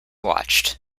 watched